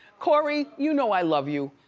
corey, you know i love you.